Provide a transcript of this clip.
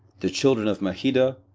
the children of mehida,